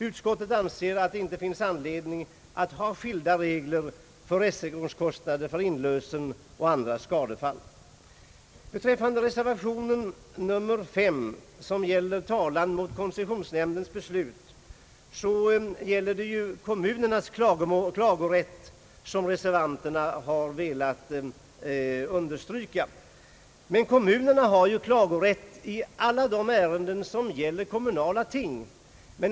Utskottet anser att det inte finns anledning att ha skilda regler om rättegångskostnader för inlösen och för andra skadefall. I reservation V, som gäller talan mot koncessionsnämndens beslut, är det kommunernas klagorätt som reservanterna har velat understryka. Men kommunerna har ju klagorätt i alla de ärenden som gäller kommunala ting.